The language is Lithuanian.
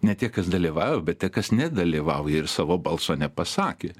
ne tie kas dalyvauja bet tie kas nedalyvauja ir savo balso nepasakė